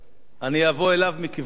נווה-שלום, אני אבוא אליו מכיוון אחר: